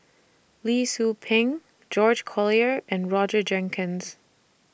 Lee Tzu Pheng George Collyer and Roger Jenkins